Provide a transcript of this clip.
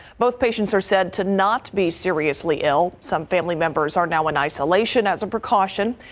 both patients are said to not be seriously ill some family members are now in isolation as a precaution.